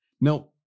Now